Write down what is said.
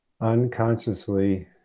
unconsciously